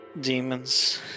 demons